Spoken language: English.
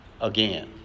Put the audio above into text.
again